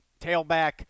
tailback